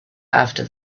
after